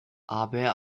aber